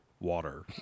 Water